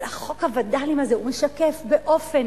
אבל חוק הווד”לים הזה הוא משקף באופן